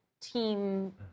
team